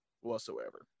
whatsoever